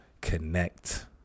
connect